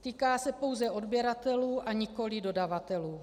Týká se pouze odběratelů, a nikoliv dodavatelů.